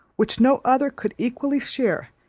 which no other could equally share,